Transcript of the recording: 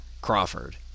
crawford